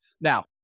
Now